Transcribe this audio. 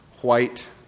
white